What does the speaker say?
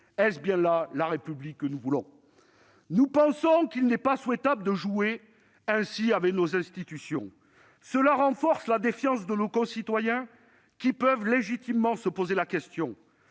est-elle bien la République que nous voulons ? Selon nous, il n'est pas souhaitable de jouer ainsi avec nos institutions, car cela renforce la défiance de nos concitoyens, qui peuvent légitimement se poser la question